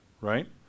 right